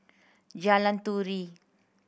Jalan Turi